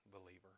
believer